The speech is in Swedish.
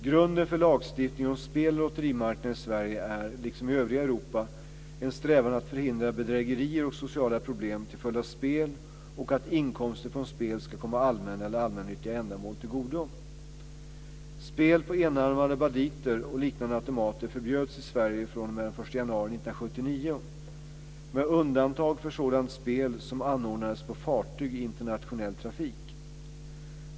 Grunden för lagstiftningen om spel och lotterimarknaden i Sverige är, liksom i övriga Europa, en strävan att förhindra bedrägerier och sociala problem till följd av spel och att inkomster från spel ska komma allmänna eller allmännyttiga ändamål till godo. Spel på enarmade banditer och liknande automater förbjöds i Sverige fr.o.m. den 1 januari 1979 med undantag för sådant spel som anordnades på fartyg i internationell trafik.